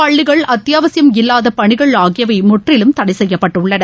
பள்ளிகள் அத்தியாவசியம் இல்லாத பணிகள் ஆகியவை முற்றிலும் தடை செய்யப்பட்டுள்ளன